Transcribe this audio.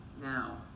Now